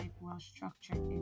well-structured